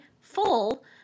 full